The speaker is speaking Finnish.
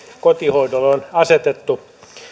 kotihoidolle on asetettu